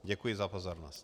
Děkuji za pozornost.